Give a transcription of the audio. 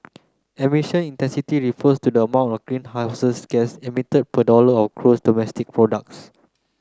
emission refers to the amount of greenhouses gas emitted per dollar of gross domestic products